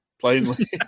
plainly